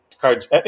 cards